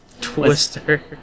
Twister